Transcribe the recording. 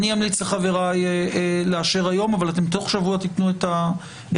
אני אמליץ לחבריי לאשר היום אבל אתם תוך שבוע תתנו את הנתונים,